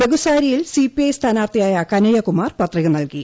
ബെഗുസാരിയിൽ CPI സ്ഥാനാർത്ഥിയായി കനയ്യകുമാർ പത്രിക നൽകി